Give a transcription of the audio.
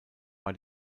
war